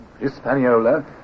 Hispaniola